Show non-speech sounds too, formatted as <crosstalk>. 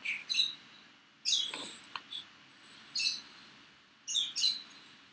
<breath>